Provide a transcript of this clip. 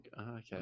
okay